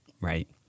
right